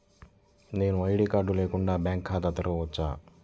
నేను ID card లేకుండా bank ఖాతా తెరవచ్చా?